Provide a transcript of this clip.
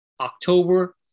october